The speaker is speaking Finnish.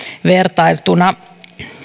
vertailtuna